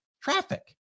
traffic